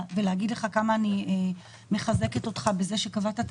ולהגיד לך כמה אני מחזקת אותך בזה שקבעת את